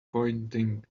pointing